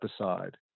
aside